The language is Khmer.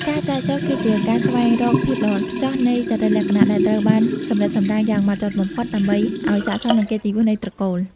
ការចែចូវគឺជាការស្វែងរក "ភាពល្អឥតខ្ចោះនៃចរិតលក្ខណៈ" ដែលត្រូវបានសម្រិតសម្រាំងយ៉ាងហ្មត់ចត់បំផុត ដើម្បីឱ្យស័ក្តិសមនឹងកិត្តិយសនៃត្រកូល។